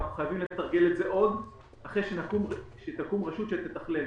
אנחנו חייבים לתרגל את זה עוד אחרי שתקום רשות שתתכלל.